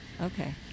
okay